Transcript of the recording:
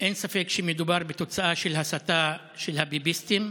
אין ספק שמדובר בתוצאה של הסתה של הביביסטים,